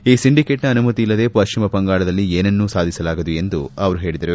ಈ ಸಿಂಡಿಕೇಟ್ನ ಅನುಮತಿ ಇಲ್ಲದೆ ಪಶ್ಚಿಮ ಬಂಗಾಳದಲ್ಲಿ ಏನನ್ನೂ ಸಾಧಿಸಲಾಗದು ಎಂದು ಅವರು ಹೇಳಿದರು